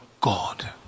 God